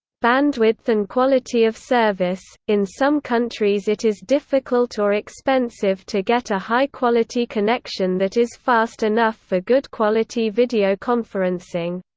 bandwidth and quality of service in some countries it is difficult or expensive to get a high quality connection that is fast enough for good-quality video conferencing.